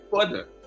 further